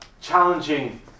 challenging